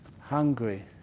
hungry